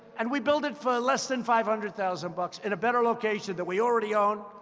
and we built it for less than five hundred thousand bucks in a better location that we already own.